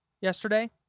yesterday